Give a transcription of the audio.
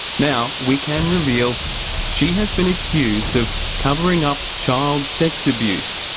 now, we can reveal she has been accused of covering up child sex abuse.